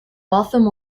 waltham